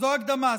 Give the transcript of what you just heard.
זו הקדמה.